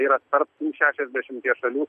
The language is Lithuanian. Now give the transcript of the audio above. yra tarp tų šešiasdešimties šalių